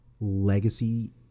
legacy